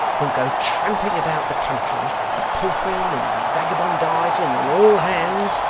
who go tramping about the country a-pilfering and vagabondising on all hands,